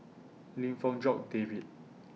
Lim Fong Jock David